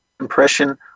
impression